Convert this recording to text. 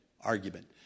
argument